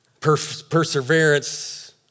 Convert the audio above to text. Perseverance